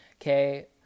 okay